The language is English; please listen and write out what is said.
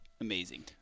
amazing